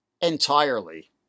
entirely